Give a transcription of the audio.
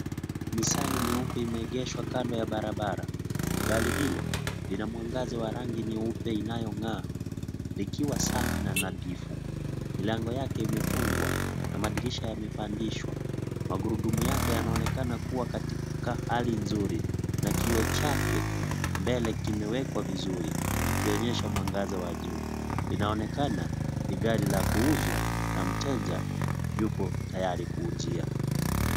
Nisani nyeupe imegeshwa kando ya barabara. Gari hilo lina mwangaza wa rangi nyeupe inayongaa. Likiwa safi na nathifu. Milango yake imefungwa na madirisha yamepandishwa. Magurudumu yake yanaonekana kuwa katika hali nzuri, na kioo chake mbele kimewekwa vizuri kikionyesha mwangaza wa juu. Linaonekana ni gari la kuuzwa na mteja yupo tayari kujia.